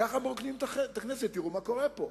ככה מרוקנים את הכנסת, תראו מה קורה פה.